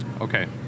Okay